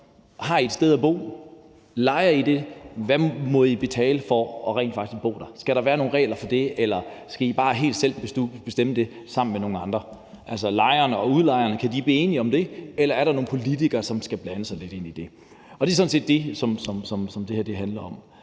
har et sted at bo, om I lejer det, og hvad I må betale for rent faktisk at bo der, om der skal være nogle regler for det, eller om I bare helt selv skal bestemme det sammen med nogle andre. Kan lejerne og udlejerne blive enige om det, eller er der nogle politikere, som skal blande sig lidt i det? Det er sådan set det, som det her handler om.